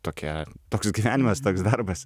tokia toks gyvenimas toks darbas